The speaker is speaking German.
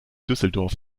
düsseldorf